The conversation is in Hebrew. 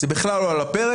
זה בכלל לא על הפרק.